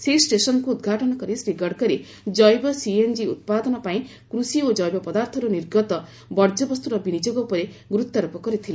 ସେହି ଷ୍ଟେସନ୍କୁ ଉଦ୍ଘାଟନ କରି ଶ୍ରୀ ଗଡକରୀ ଜୈବ ସିଏନ୍ଜି ଉତ୍ପାଦନ ପାଇଁ କୃଷି ଓ ଜୈବ ପଦାର୍ଥରୁ ନିର୍ଗତ ବର୍ଜ୍ୟବସ୍ତୁର ବିନିଯୋଗ ଉପରେ ଗୁରୁତ୍ୱାରୋପ କରିଥିଲେ